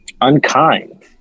unkind